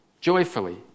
joyfully